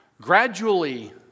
Gradually